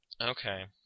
Okay